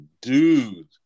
dude